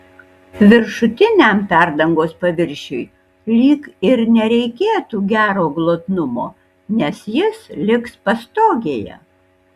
viršutiniam perdangos paviršiui lyg ir nereikėtų gero glotnumo nes jis liks pastogėje